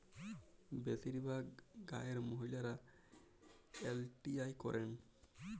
বেশিরভাগ গাঁয়ের মহিলারা এল.টি.আই করেন